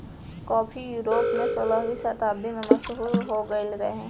काफी यूरोप में सोलहवीं शताब्दी में मशहूर हो गईल रहे